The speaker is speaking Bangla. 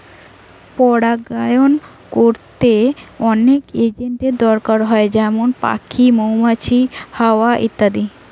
পরাগায়ন কোরতে অনেক এজেন্টের দোরকার হয় যেমন পাখি, মৌমাছি, হাওয়া ইত্যাদি